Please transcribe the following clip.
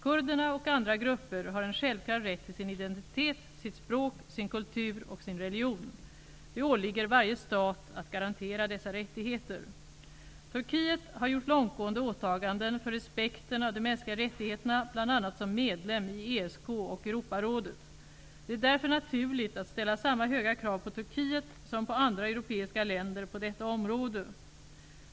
Kurderna och andra grupper har en självklar rätt till sin identitet, sitt språk, sin kultur och sin religion. Det åligger varje stat att garantera dessa rättigheter. Turkiet har gjort långtgående åtaganden för respekten av de mänskliga rättigheterna, bl.a. som medlem i ESK och Europarådet. Det är därför naturligt att ställa samma höga krav på Turkiet som på andra europeiska länder på detta område.